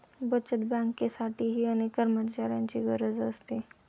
बचत बँकेसाठीही अनेक कर्मचाऱ्यांची गरज असते